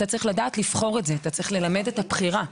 צריך ללמוד לבחור בזה וללמד את הבחירה.